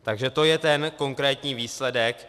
Takže to je ten konkrétní výsledek.